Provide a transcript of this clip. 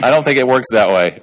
i don't think it works that way